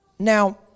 Now